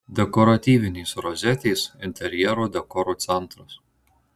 dekoratyvinės rozetės interjero dekoro centras